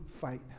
fight